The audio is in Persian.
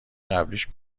قبلیش